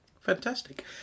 Fantastic